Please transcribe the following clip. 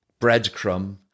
breadcrumb